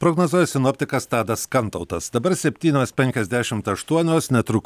prognozuoja sinoptikas tadas kantautas dabar septynios penkiasdešimt aštuonios netruk